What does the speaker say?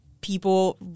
people